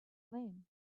lame